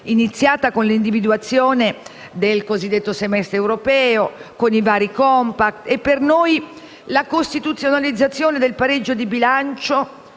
iniziata con l'individuazione del cosiddetto semestre europeo, con i vari *compact* e, per noi, con la costituzionalizzazione del pareggio di bilancio